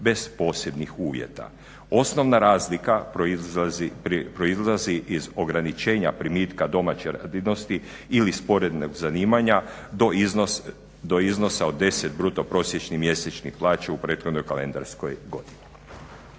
bez posebnih uvjeta. Osnovna razlika proizlazi iz ograničenja primitka domaće radinosti ili sporednog zanimanja do iznosa od 10 bruto prosječnih mjesečnih plaća u prethodnoj kalendarskoj godini.